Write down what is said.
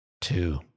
Two